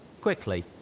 Quickly